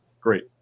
great